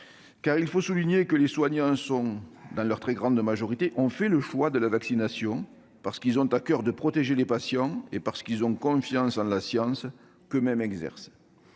Il faut souligner en effet que les soignants, dans leur très grande majorité, ont fait le choix de la vaccination, parce qu'ils ont à coeur de protéger les patients et parce qu'ils ont confiance dans la science, dont ils sont